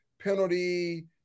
penalty